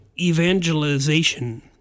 evangelization